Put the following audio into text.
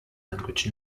language